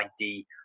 ID